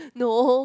no